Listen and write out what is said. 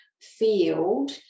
field